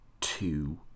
two